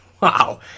Wow